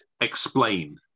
explain